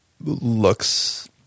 looks